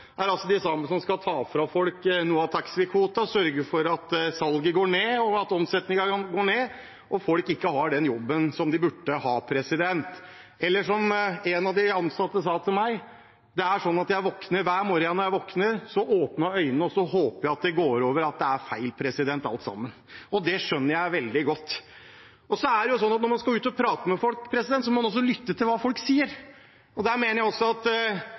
er de samme som skal ta fra folk noe av taxfree-kvoten, sørge for at salget går ned, at omsetningen går ned, og at folk ikke har den jobben som de burde ha. Eller som en av de ansatte sa til meg: Det er sånn at når jeg våkner hver morgen, åpner jeg øynene og håper at det går over, at det er feil, alt sammen. Og det skjønner jeg veldig godt. Så er det jo sånn at når man skal ut og prate med folk, må man også lytte til hva folk sier. Her mener jeg at